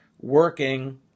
working